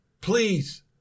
Please